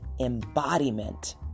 embodiment